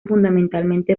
fundamentalmente